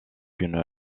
une